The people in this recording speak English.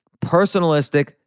personalistic